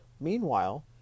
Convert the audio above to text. Meanwhile